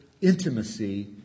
Intimacy